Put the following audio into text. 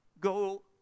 go